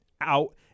out